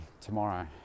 tomorrow